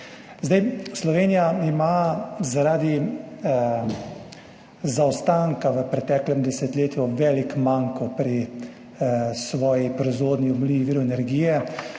okolje. Slovenija ima zaradi zaostanka v preteklem desetletju velik manko pri svoji proizvodnji obnovljivih virov energije.